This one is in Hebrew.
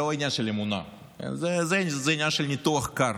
זה לא עניין של אמונה, זה עניין של ניתוח קר.